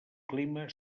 clima